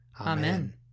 Amen